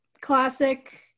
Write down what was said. classic